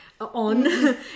on